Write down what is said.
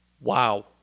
Wow